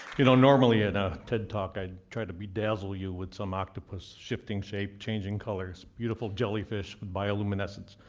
you know, normally in a ted talk, i'd try to bedazzle you with some octopus shifting shape, changing colors, beautiful jellyfish, bioluminescence.